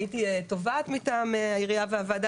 הייתי תובעת מטעם העירייה והוועדה.